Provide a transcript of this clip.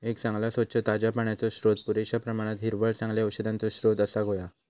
एक चांगला, स्वच्छ, ताज्या पाण्याचो स्त्रोत, पुरेश्या प्रमाणात हिरवळ, चांगल्या औषधांचो स्त्रोत असाक व्हया